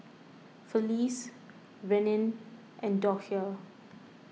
Felice Rennie and Docia